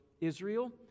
Israel